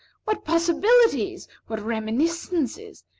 what possibilities! what reminiscences!